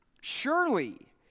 Surely